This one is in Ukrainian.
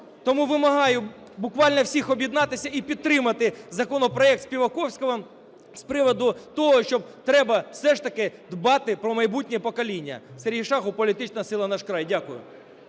Тому вимагаю буквально всіх об'єднатися і підтримати законопроект Співаковського з приводу того, що треба все ж таки дбати про майбутнє покоління. Сергій Шахов, політична сила "Наш край". Дякую.